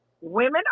women